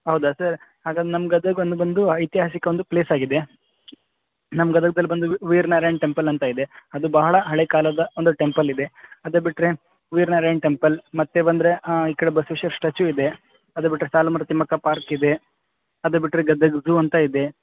ಹೌದಾ ಸರ್ ಹಾಗದ್ರೆ ನಮ್ಗೆ ಅದಗೊಂದು ಬಂದು ಐತಿಹಾಸಿಕ ಒಂದು ಪ್ಲೇಸ್ ಆಗಿದೆ ನಮ್ಮ ಗದಗ್ದಲ್ಲಿ ಬಂದು ವೀರ ನಾರೇಣ ಟೆಂಪಲ್ ಅಂತ ಇದೆ ಅದು ಬಹಳ ಹಳೆ ಕಾಲದ ಒಂದು ಟೆಂಪಲ್ ಇದೆ ಅದು ಬಿಟ್ಟರೆ ವೀರ ನಾರೇಣ ಟೆಂಪಲ್ ಮತ್ತೆ ಬಂದರೆ ಈ ಕಡೆ ಬಸವೇಶ್ವರ ಸ್ಟ್ಯಾಚು ಇದೆ ಅದು ಬಿಟ್ಟರೆ ಸಾಲು ಮರದ ತಿಮ್ಮಕ್ಕ ಪಾರ್ಕ್ ಇದೆ ಅದು ಬಿಟ್ಟರೆ ಗದಗ ಝೂ ಅಂತ ಇದೆ